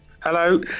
Hello